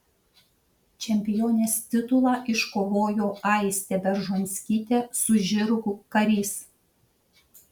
čempionės titulą iškovojo aistė beržonskytė su žirgu karys